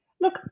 look